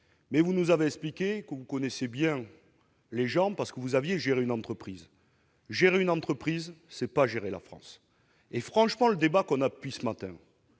cela. Vous nous avez alors expliqué que vous connaissiez bien les gens parce que vous aviez géré une entreprise. Or gérer une entreprise, ce n'est pas gérer la France. Franchement, le débat que nous avons depuis ce matin